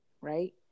Right